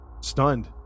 stunned